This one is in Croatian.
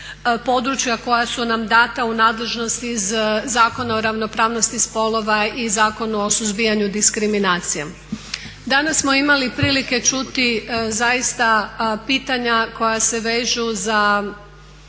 područja koja su nam dana u nadležnosti iz Zakona o ravnopravnosti spolova i Zakonu o suzbijanju diskriminacije. Danas smo imali prilike čuti zaista pitanja koja se vežu za